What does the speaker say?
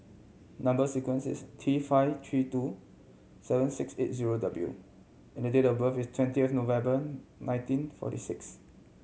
number sequence is T five three two seven six eight zero W and date of birth is twenty of November nineteen forty six